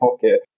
pocket